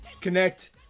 connect